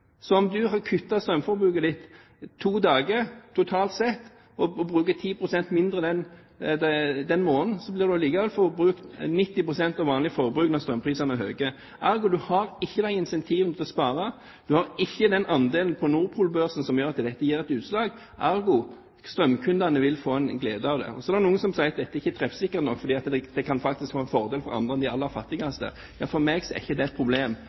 Så om du kutter i strømforbruket to dager totalt sett og bruker 10 pst. mindre den måneden, blir likevel forbruket 90 pst. av vanlig forbruk når strømprisene er høye. Du har ikke noen incentiver til å spare. Du har ikke den andelen på Nord Pool-børsen som gjør at dette gir et utslag. Ergo: Strømkundene vil kunne få en glede av dette. Så er det noen som sier at dette ikke er treffsikkert nok fordi det faktisk kan være en fordel for andre enn for de aller fattigste. For meg er ikke det et problem.